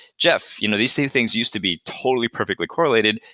jeff, you know these these things used to be totally perfectly correlated.